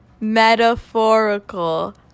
metaphorical